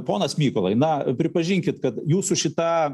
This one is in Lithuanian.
ponas mykolai na pripažinkit kad jūsų šita